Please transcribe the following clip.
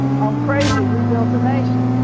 on crazy we built a nation.